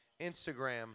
Instagram